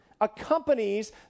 accompanies